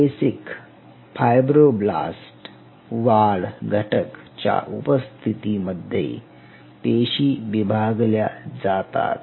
basic fibroblast वाढ घटक च्या उपस्थितीमध्ये पेशी विभागल्या जातात